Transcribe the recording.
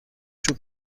چوب